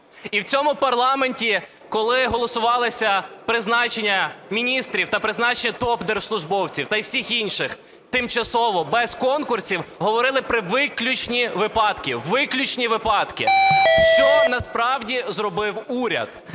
І в цьому парламенті, коли голосувались призначення міністрів та призначення топ-держслужбовців, та й всіх інших, тимчасово без конкурсів, говорили про виключні випадки, виключні випадки. Що насправді зробив уряд?